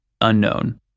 Unknown